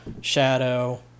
Shadow